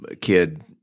kid